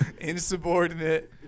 Insubordinate